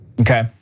Okay